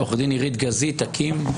עורכת הדין עירית גזית, אקי"ם.